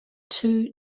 two